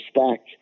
respect